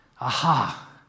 Aha